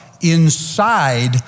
inside